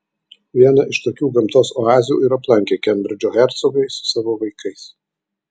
vieną iš tokių gamtos oazių ir aplankė kembridžo hercogai su savo vaikais